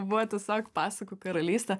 buvo tiesiog pasakų karalystė